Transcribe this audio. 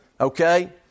okay